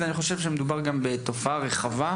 אבל אני חושב שמדובר גם בתופעה רחבה.